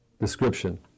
description